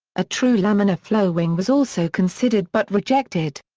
a true laminar flow wing was also considered but rejected.